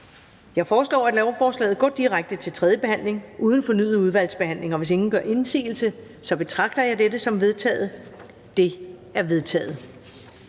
Jeg foreslår, at lovforslaget går direkte til tredje behandling uden fornyet udvalgsbehandling. Hvis ingen gør indsigelse, betragter jeg dette som vedtaget. Det er vedtaget.